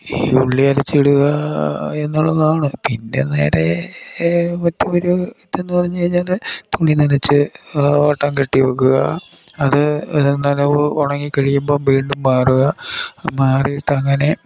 ഈ ഉള്ളി അരച്ചിടുക എന്നുള്ളതാണ് പിന്നെ നേരെ മറ്റൊരു ഇത് എന്ന് പറഞ്ഞു കഴിഞ്ഞാൽ തുണി നനച്ച് ഓട്ടം കെട്ടി വെക്കുക അത് നനവ് ഉണങ്ങി കഴിയുമ്പോൾ വീണ്ടും മാറുക മാറിയിട്ട് അങ്ങനെ